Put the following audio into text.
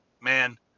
man